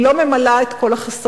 היא לא ממלאה את כל החסרים,